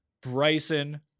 Bryson